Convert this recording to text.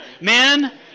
Men